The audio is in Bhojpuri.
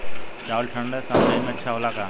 चावल ठंढ सह्याद्री में अच्छा होला का?